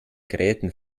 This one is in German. gräten